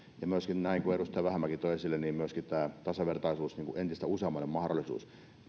ja myöskin kuten edustaja vähämäki toi esille tämä tasavertaisuus entistä useammalle mahdollisuus